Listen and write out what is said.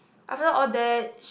after all that